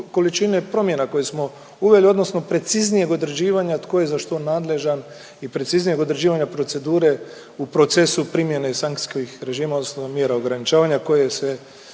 količine promjena koje smo uveli, odnosno preciznijeg određivanja tko je za što nadležan i preciznije određivanja procedure u procesu primjene sankcijskih režima odnosno mjera ograničavanja koje se